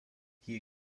hier